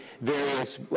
various